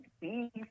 beef